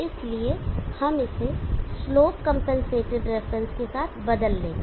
इसलिए हम इसे स्लोप कंपनसेटेड रिफरेंस के साथ बदल देंगे